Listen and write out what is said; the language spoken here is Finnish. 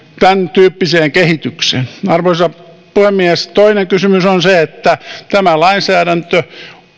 tämäntyyppiseen kehitykseen arvoisa puhemies toinen kysymys on se että tämä lainsäädäntö